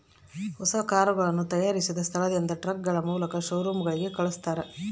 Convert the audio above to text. ಹೊಸ ಕರುಗಳನ್ನ ತಯಾರಿಸಿದ ಸ್ಥಳದಿಂದ ಟ್ರಕ್ಗಳ ಮೂಲಕ ಶೋರೂಮ್ ಗಳಿಗೆ ಕಲ್ಸ್ತರ